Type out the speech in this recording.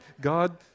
God